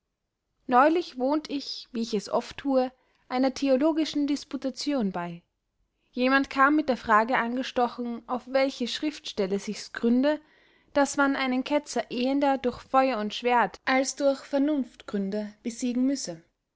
neulich wohnt ich wie ich es oft thue einer theologischen disputation bey jemand kam mit der frage angestochen auf welche schriftstelle sichs gründe daß man einen ketzer ehender durch feuer und schwerdt als durch vernunftgründe besiegen müsse